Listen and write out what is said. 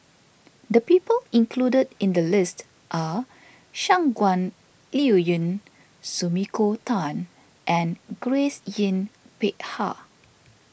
the people included in the list are Shangguan Liuyun Sumiko Tan and Grace Yin Peck Ha